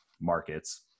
markets